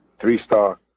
three-star